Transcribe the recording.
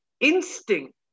instinct